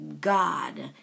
god